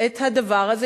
את הדבר הזה,